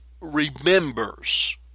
remembers